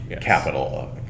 capital